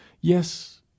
Yes